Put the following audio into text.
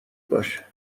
باشه